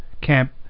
camp